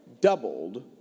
doubled